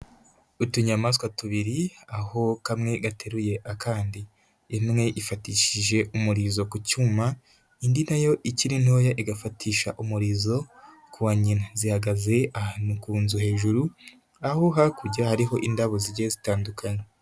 Utunyamaswa tubiri, aho kamwe gateruye akandi, imwe ifatishije umurizo ku cyuma indi na yo ikiri ntoya igafatisha umurizo ku wa nyina, zihagaze ahantu ku nzu hejuru, aho hakurya hariho indabo zigiye zitandukanye.